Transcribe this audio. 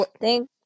thank